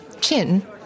Chin